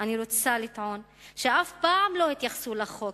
אני רוצה לטעון שאף פעם לא התייחסו לחוק